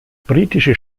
britische